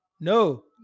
No